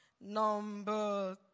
Number